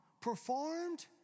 performed